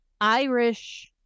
Irish